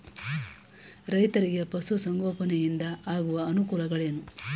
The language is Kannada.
ರೈತರಿಗೆ ಪಶು ಸಂಗೋಪನೆಯಿಂದ ಆಗುವ ಅನುಕೂಲಗಳೇನು?